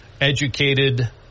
educated